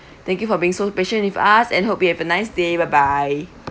thank you for being so patient with us and hope you have a nice day bye bye